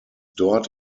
dort